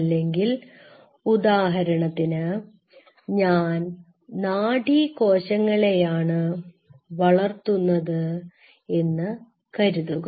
അല്ലെങ്കിൽ ഉദാഹരണത്തിന് ഞാൻ നാഡീകോശങ്ങളെയാണ് വളർത്തുന്നത് എന്ന് കരുതുക